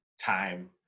time